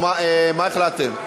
החלטתם?